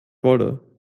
wolle